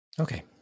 Okay